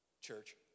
church